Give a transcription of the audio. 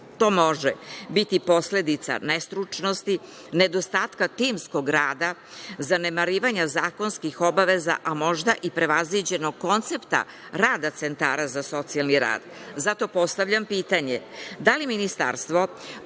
To može biti posledica nestručnosti, nedostatka timskog rada, zanemarivanje zakonskih obaveza, a možda i prevaziđenog koncepta rada centara za socijalni rad. Zato postavljam pitanje, da li Ministarstvo,